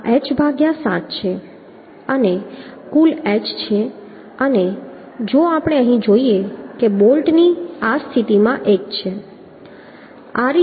આ h ભાગ્યા 7 છે અને કુલ h છે અને જો આપણે અહીં જોઈએ કે બોલ્ટ્સ આ સ્થિતિ 1 માં છે